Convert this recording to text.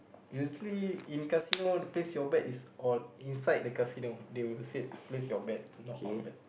usually in casino place your bet is inside the casino they will say place your bet not all bet